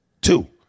Two